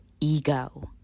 ego